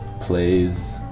plays